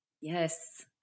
Yes